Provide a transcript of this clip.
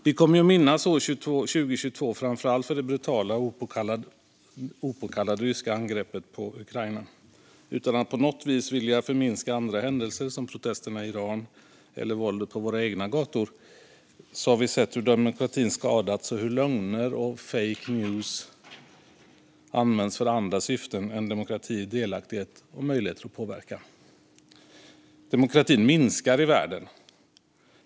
Vi kommer att minnas år 2022 framför allt för det brutala och opåkallade ryska angreppet på Ukraina. Utan att på något vis vilja förminska andra händelser, som protesterna i Iran eller våldet på våra egna gator, har vi sett hur demokratin skadas och hur lögner och fake news använts för andra syften än demokrati, delaktighet och möjligheter att påverka. Demokratin minskar i världen.